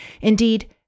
Indeed